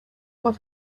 what